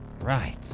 Right